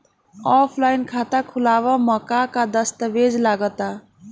Offline खाता खुलावे म का का दस्तावेज लगा ता?